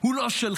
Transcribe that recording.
הוא לא שלך,